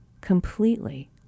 completely